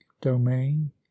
domain